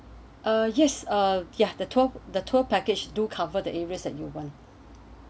uh yes uh ya the tour the tour package do cover the areas that you want